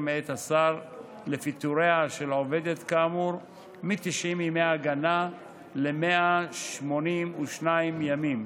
מאת השר לפיטוריה של עובדת כאמור מ-90 ימי הגנה ל-182 ימים,